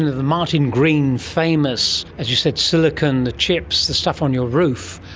the martin green famous, as you said, silicon, the chips, the stuff on your roof,